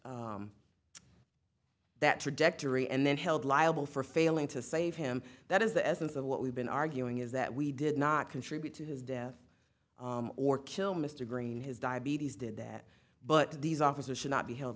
trajectory and then held liable for failing to save him that is the essence of what we've been arguing is that we did not contribute to his death or kill mr green his diabetes did that but these officers should not be held